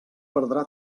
perdrà